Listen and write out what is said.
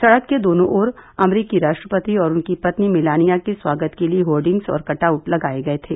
सड़क के दोनों ओर अमेरिकी राष्ट्रपति और उनकी पत्नी मेलानिया के स्वागत के लिए होर्डिंग और कटआउट लगाए गए थे